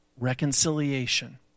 Reconciliation